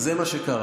זה מה שקרה.